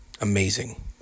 Amazing